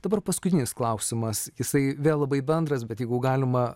dabar paskutinis klausimas jisai vėl labai bendras bet jeigu galima